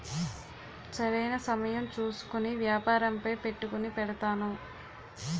సరైన సమయం చూసుకొని వ్యాపారంపై పెట్టుకుని పెడతారు